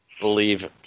believe